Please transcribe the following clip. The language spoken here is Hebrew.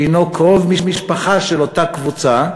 שהנו קרוב משפחה של אותה קבוצה,